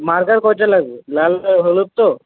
marker কয়টা লাগবে লাল আর হলুদ তো